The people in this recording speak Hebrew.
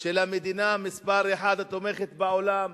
של המדינה התומכת מספר אחת בעולם,